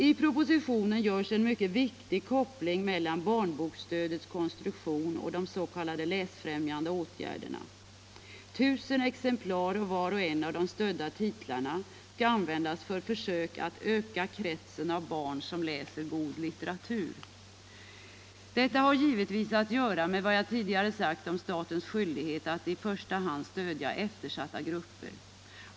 I propositionen görs en mycket viktig koppling mellan barnboksstödets konstruktion och de s.k. läsfrämjande åtgärderna. Av var och en av de stödda titlarna skall tusen exemplar användas för försök att öka kretsen av barn som läser god litteratur. Detta har givetvis att göra med vad jag tidigare framhöll om statens skyldighet att i första hand stödja eftersatta grupper.